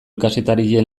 kazetarien